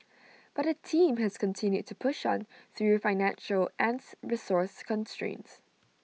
but the team has continued to push on through financial and resource constraints